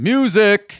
Music